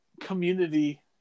community